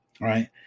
right